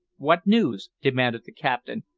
what news? demanded the captain,